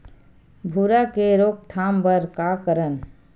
भूरा के रोकथाम बर का करन?